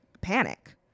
panic